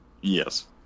Yes